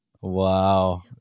Wow